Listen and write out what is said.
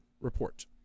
Report